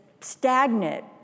stagnant